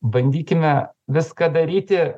bandykime viską daryti